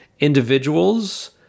individuals